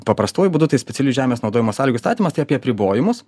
paprastuoju būdu tai specialių žemės naudojimo sąlygų įstatymas tai apie apribojimus